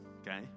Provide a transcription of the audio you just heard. okay